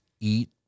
Eat